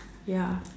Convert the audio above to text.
ya